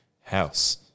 House